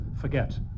forget